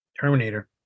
Terminator